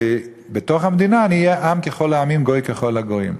ובתוך המדינה נהיה עם ככל העמים, גוי ככל הגויים,